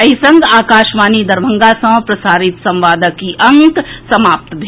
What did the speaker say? एहि संग आकाशवाणी दरभंगा सँ प्रसारित संवादक ई अंक समाप्त भेल